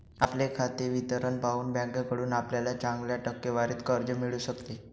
आपले खाते विवरण पाहून बँकेकडून आपल्याला चांगल्या टक्केवारीत कर्ज मिळू शकते